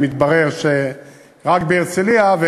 שמתברר שרק בהרצלייה.